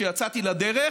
כשיצאתי לדרך,